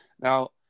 Now